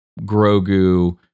Grogu